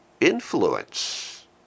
influence